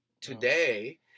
today